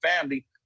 family